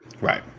Right